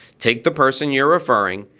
take the person you're referring,